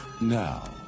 Now